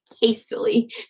Hastily